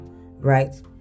right